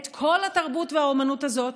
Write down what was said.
את כל התרבות והאומנות הזאת,